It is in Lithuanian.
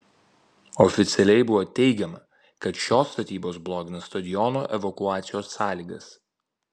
oficialiai buvo teigiama kad šios statybos blogina stadiono evakuacijos sąlygas